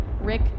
Rick